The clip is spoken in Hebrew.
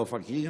באופקים,